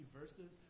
verses